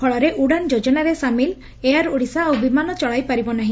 ଫଳରେ ଉଡ଼ାନ୍ ଯୋଜନାରେ ସାମିଲ ଏୟାର ଓଡ଼ିଶା ଆଉ ବିମାନ ଚଳାଇ ପାରିବ ନାହି